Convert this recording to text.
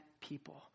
people